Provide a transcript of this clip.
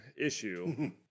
issue